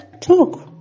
talk